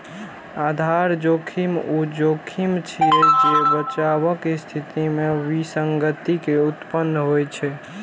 आधार जोखिम ऊ जोखिम छियै, जे बचावक स्थिति मे विसंगति के उत्पन्न होइ छै